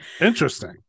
Interesting